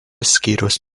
skyriaus